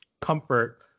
comfort